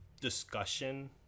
discussion